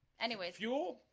anyways, you'll